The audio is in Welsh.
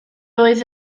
oedd